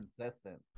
consistent